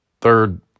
third